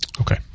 Okay